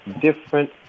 different